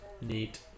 neat